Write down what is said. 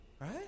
Right